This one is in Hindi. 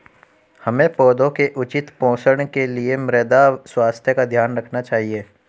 हमें पौधों के उचित पोषण के लिए मृदा स्वास्थ्य का ध्यान रखना चाहिए